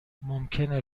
ممکنه